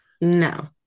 no